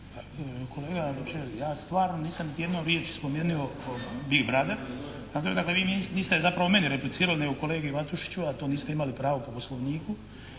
Kolega Lučin, ja stvarno nisam niti jednom riječju spomenuo Big brother, prema tome dakle vi niste zapravo meni rekli cijelo nego kolegi Matušiću, a to niste imali pravo po Poslovniku.